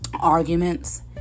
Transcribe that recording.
Arguments